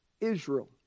Israel